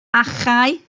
achau